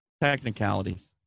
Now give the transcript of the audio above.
Technicalities